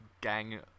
gang